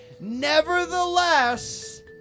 Nevertheless